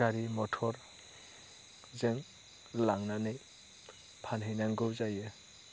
गारि मथर जों लांनानै फानहैनांगौ जायो